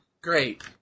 Great